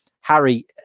Harry